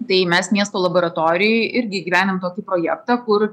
tai mes miesto laboratorijoj irgi įgyvendinam tokį projektą kur